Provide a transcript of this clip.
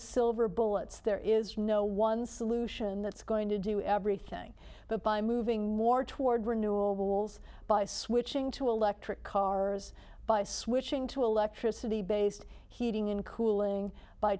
silver bullets there is no one solution that's going to do everything but by moving more toward renewals by switching to electric cars by switching to electricity based heating and cooling by